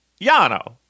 Yano